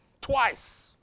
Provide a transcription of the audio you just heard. twice